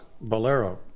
Bolero